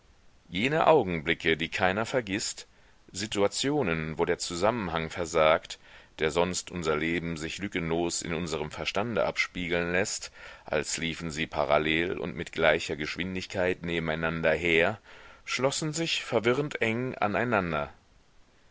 jene augenblicke die keiner vergißt situationen wo der zusammenhang versagt der sonst unser leben sich lückenlos in unserem verstande abspiegeln läßt als liefen sie parallel und mit gleicher geschwindigkeit nebeneinander her schlossen sich verwirrend eng aneinander